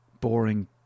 Boring